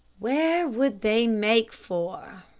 where would they make for?